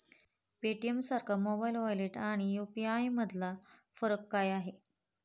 पेटीएमसारख्या mobile wallet आणि U P I यामधला फरक काय आहे?